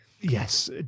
Yes